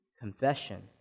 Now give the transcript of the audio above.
confession